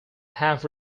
half